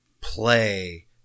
play